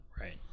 right